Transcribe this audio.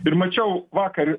ir mačiau vakar